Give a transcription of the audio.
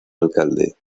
alcalde